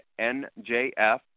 NJF